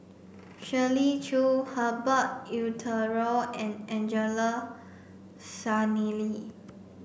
Shirley Chew Herbert Eleuterio and Angelo Sanelli